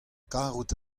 karout